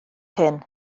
hyn